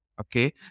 Okay